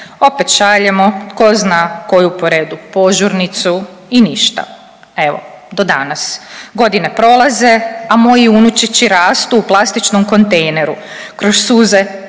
Opet šaljemo tko zna koju po redu požurnicu i ništa. Evo, do danas. Godine prolaze, a moji unučići rastu u plastičnom kontejneru